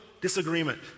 disagreement